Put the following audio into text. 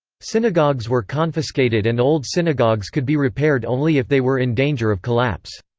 synagogues were confiscated and old synagogues could be repaired only if they were in danger of collapse.